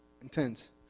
intense